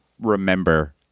remember